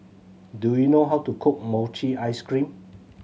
do you know how to cook mochi ice cream